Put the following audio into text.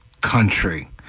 country